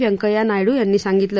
व्यंकय्या नायडू यांनी सांगितलं